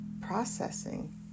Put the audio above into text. processing